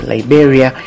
Liberia